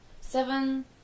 Seven